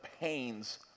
pains